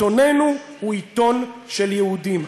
"עיתוננו הוא עיתון של יהודים.